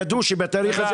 ידעתם שבתאריך הזה